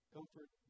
comfort